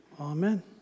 Amen